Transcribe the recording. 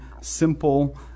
simple